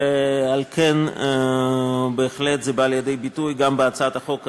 ועל כן בהחלט זה בא לידי ביטוי גם בהצעת החוק הזאת.